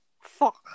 Fuck